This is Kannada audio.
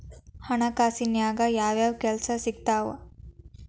ಹಣಕಾಸಿನ್ಯಾಗ ಯಾವ್ಯಾವ್ ಕೆಲ್ಸ ಸಿಕ್ತಾವ